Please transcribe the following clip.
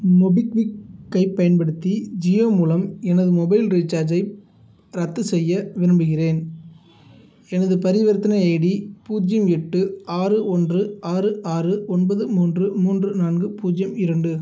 மொபிக்விக்கை பயன்படுத்தி ஜியோ மூலம் எனது மொபைல் ரீசார்ஜை ரத்து செய்ய விரும்புகிறேன் எனது பரிவர்த்தனை ஐடி பூஜ்ஜியம் எட்டு ஆறு ஒன்று ஆறு ஆறு ஒன்பது மூன்று மூன்று நான்கு பூஜ்ஜியம் இரண்டு